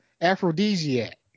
aphrodisiac